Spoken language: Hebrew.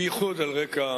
בייחוד על רקע